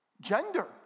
Gender